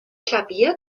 klavier